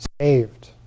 saved